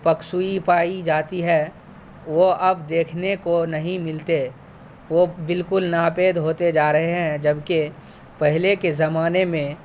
یکسوئی پائی جاتی ہے وہ اب دیکھنے کو نہیں ملتے وہ بالکل ناپید ہوتے جا رہے ہیں جبکہ پہلے کے زمانے میں